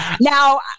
Now